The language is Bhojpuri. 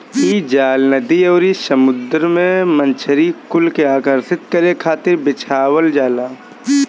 इ जाल नदी अउरी समुंदर में मछरी कुल के आकर्षित करे खातिर बिछावल जाला